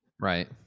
Right